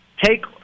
take –